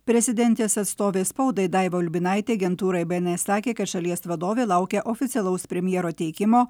prezidentės atstovė spaudai daiva ulbinaitė agentūrai bns sakė kad šalies vadovė laukia oficialaus premjero teikimo